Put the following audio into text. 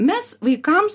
mes vaikams